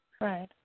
Right